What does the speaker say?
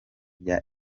bya